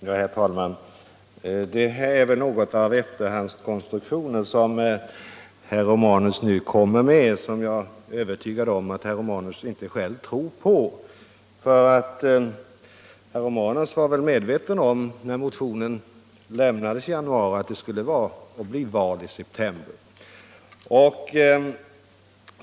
Herr talman! Det är väl något av efterhandskonstruktioner som herr Romanus nu kommer med, och jag är övertygad om att herr Romanus inte själv tror på dem, eftersom herr Romanus väl var medveten om, när motionen lämnades i januari, att det blir val i september.